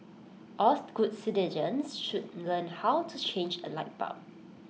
all good citizens should learn how to change A light bulb